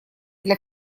для